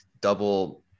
double